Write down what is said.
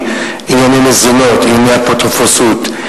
לענייני מזונות, ענייני אפוטרופסות,